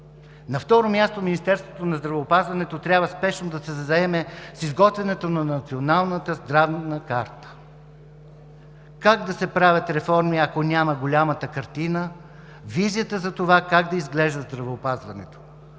На второ място, Министерството на здравеопазването трябва спешно да се заеме с изготвянето на Националната здравна карта. Как да се правят реформи, ако я няма голямата картина, визията за това как да изглежда здравеопазването?